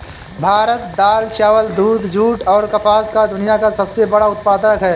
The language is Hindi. भारत दाल, चावल, दूध, जूट, और कपास का दुनिया का सबसे बड़ा उत्पादक है